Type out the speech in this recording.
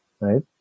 right